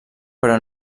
però